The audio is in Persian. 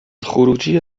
خروجی